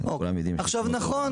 נכון,